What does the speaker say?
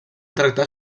tractar